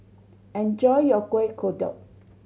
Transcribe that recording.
enjoy your Kueh Kodok